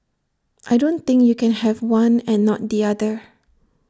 I don't think you can have one and not the other